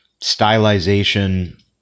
stylization